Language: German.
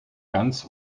ganz